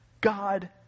God